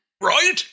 Right